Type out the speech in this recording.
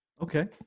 Okay